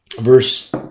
verse